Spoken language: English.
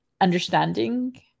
understanding